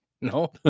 No